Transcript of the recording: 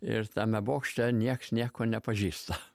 ir tame bokšte niekas nieko nepažįsta